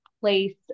place